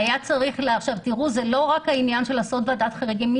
זה לא רק העניין שצריך לעשות ועדת חריגים.